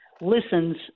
listens